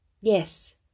Yes